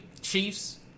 Chiefs